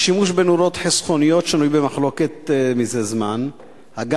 השימוש בנורות חסכוניות שנוי במחלוקת זה זמן מה,